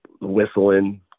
Whistling